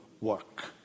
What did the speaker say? work